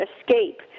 escape